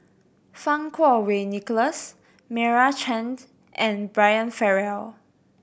Fang Kuo Wei Nicholas Meira Chand and Brian Farrell